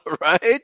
right